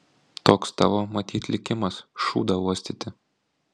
toks tavo matyt likimas šūdą uostyti